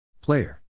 Player